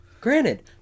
Granted